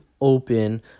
open